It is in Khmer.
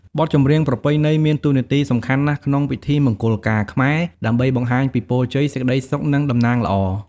បទចម្រៀងប្រពៃណីមានតួនាទីសំខាន់ណាស់ក្នុងពិធីមង្គលការ ខ្មែរ ដើម្បីបង្ហាញពីពរជ័យ សេចក្ដីសុខ និងតំណាងល្អ។